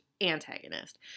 antagonist